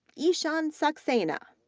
ishaan saxena,